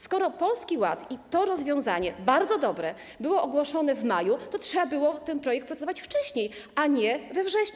Skoro Polski Ład i to rozwiązanie, bardzo dobre, były ogłoszone w maju, to trzeba było nad tym projektem procedować wcześniej, a nie we wrześniu.